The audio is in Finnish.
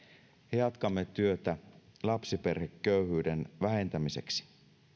ja jatkamme työtä lapsiperheköyhyyden vähentämiseksi